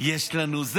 יש לנו זה.